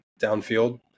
downfield